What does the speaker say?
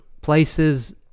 places